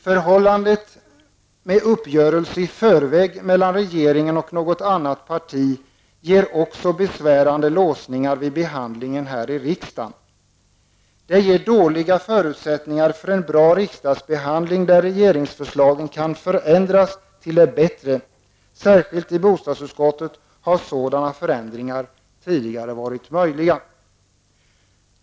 Förhållandet med uppgörelse i förväg mellan regeringen och något annat parti ger också besvärande låsningar vid behandlingen här i riksdagen. Det ger dåliga förutsättningar för en bra riksdagsbehandling, där regeringsförslagen kan förändras till det bättre. Särskilt i bostadsutskottet har sådana förändringar tidigare varit möjliga.